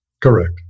Correct